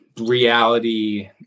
reality